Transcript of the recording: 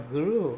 Guru